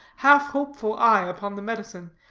half hopeful eye upon the medicine,